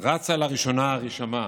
רצה לראשונה רשימה